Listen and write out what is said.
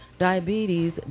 Diabetes